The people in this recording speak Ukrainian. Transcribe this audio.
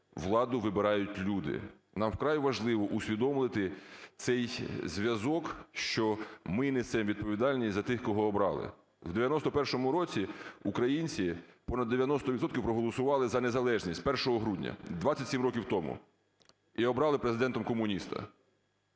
владу вибирають люди. Нам вкрай важливо усвідомити цей зв'язок, що ми несемо відповідальність за тих, кого обрали. В 91-му році українці – понад дев'яносто відсотків – проголосували за незалежність 1 грудня, 27 років тому і обрали Президентом комуніста.